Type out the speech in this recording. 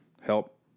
help